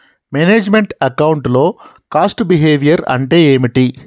Manage meant account లో cost behaviour అంటే ఏమిటి?